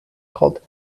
called